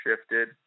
shifted